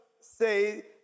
say